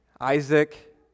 Isaac